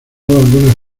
algunas